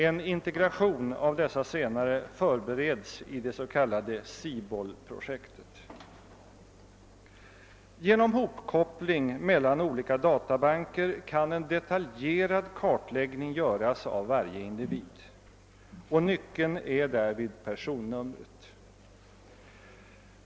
En integration av dessa senare förbereds i det s.k. SIBOL-projektet. Genom hopkoppling mellan olika databanker kan en detaljerad kartläggning av varje individ göras. Nyckeln är därvid personnumret.